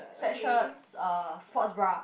sweat shirts uh sports bra